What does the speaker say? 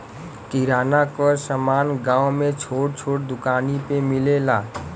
किराना क समान गांव में छोट छोट दुकानी पे मिलेला